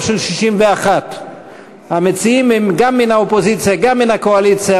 של 61. המציעים הם גם מן האופוזיציה וגם מן הקואליציה,